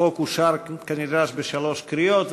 החוק אושר כנדרש בשלוש קריאות.